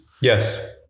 Yes